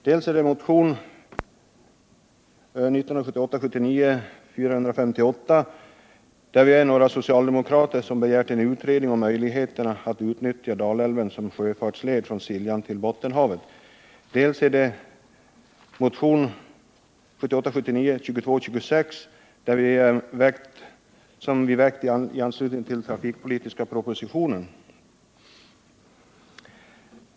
Dels är det motionen 1978 79:2226, i anslutning till den trafikpolitiska propositionen.